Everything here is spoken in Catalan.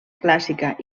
clàssica